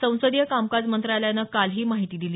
संसदीय कामकाज मंत्रालयानं काल ही माहिती दिली